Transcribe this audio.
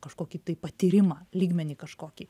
kažkokį tai patyrimą lygmenį kažkokį